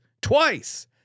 twice